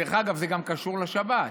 דרך אגב, זה גם קשור לשבת.